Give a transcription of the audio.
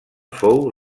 fou